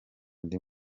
andi